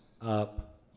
up